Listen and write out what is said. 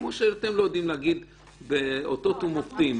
כמו שאתם לא יודעים להגיד באותות ומופתים